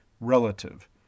relative